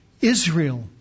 Israel